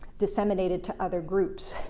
disseminated to other groups.